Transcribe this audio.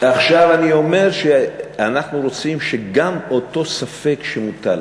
עכשיו אני אומר שאנחנו רוצים שגם אותו ספק שמוטל,